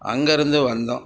அங்கேருந்து வந்தோம்